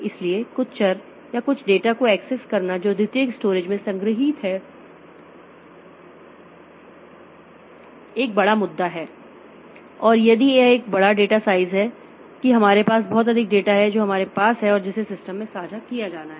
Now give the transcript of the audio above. इसलिए कुछ चर या कुछ डेटा को एक्सेस करना जो द्वितीयक स्टोरेज में संग्रहीत है एक बड़ा मुद्दा है और यदि यह एक बड़ा डेटा साइज है कि हमारे पास बहुत अधिक डेटा है जो हमारे पास है और जिसे सिस्टम में साझा किया जाना है